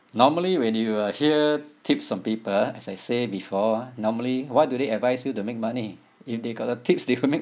normally when you uh hear tips from people as I say before ah normally what do they advise you to make money if they got a tips they will make